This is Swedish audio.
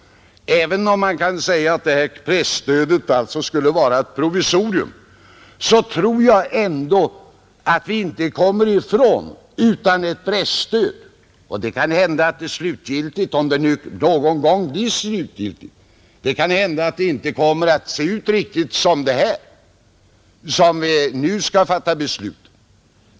Även om man kan säga att det nu föreslagna presstödet skall vara ett provisorium, tror jag ändå att vi inte kan vara utan ett presstöd. Det kan hända att det slutgiltigt — om det nu någon gång blir slutgiltigt — inte kommer att se ut riktigt som det stöd som vi nu skall fatta beslut om.